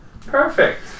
Perfect